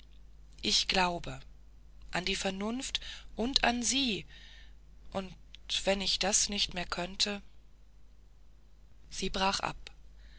ich glaube an die vernunft und an sie und wenn ich das nicht mehr könnte sie brach ab